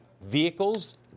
vehicles